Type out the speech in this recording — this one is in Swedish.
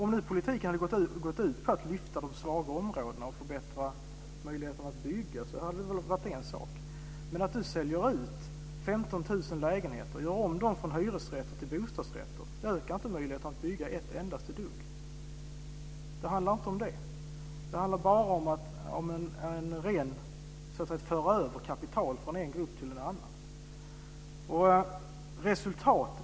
En politik för att lyfta upp de svaga områdena och förbättra möjligheterna att bygga är en sak, men att sälja ut och göra om 15 000 lägenheter från hyresrätter till bostadsrätter ökar inte på minsta sätt möjligheterna att bygga. Det handlar inte om det, utan bara om att föra över kapital från en grupp till en annan.